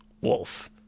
wolf